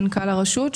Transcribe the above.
מנכ"ל הרשות,